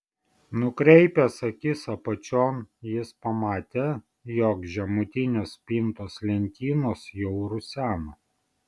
nukreipęs akis apačion jis pamatė jog žemutinės spintos lentynos jau rusena